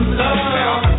love